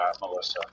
Melissa